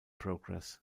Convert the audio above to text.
progress